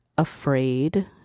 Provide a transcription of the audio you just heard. afraid